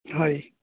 হয়